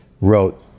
wrote